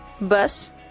Bus